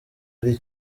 ari